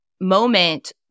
moment